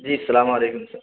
جی السلام علیکم سر